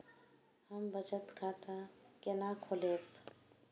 हम बचत खाता केना खोलैब?